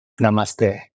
Namaste